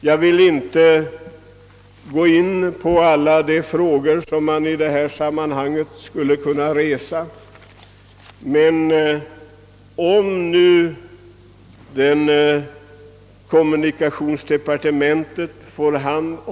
Jag vill inte gå in på alla de frågor som man i det här sammanhanget skulle kunna ställa.